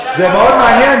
זה מאוד מעניין,